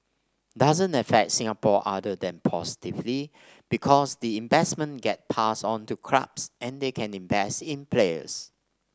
doesn't affect Singapore other than positively because the investment gets passed on to clubs and they can invest in players